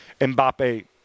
Mbappe